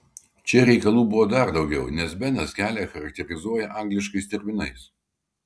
čia reikalų buvo dar daugiau nes benas kelią charakterizuoja angliškais terminais